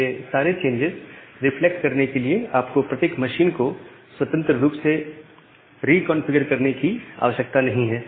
ये सारे changes reflect करने के लिए आपको प्रत्येक मशीन को स्वतंत्र रूप से रीकॉन्फ़िगर करने की आवश्यकता नहीं है